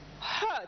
hurt